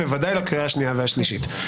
וודאי לקריאה השנייה ולקריאה השלישית.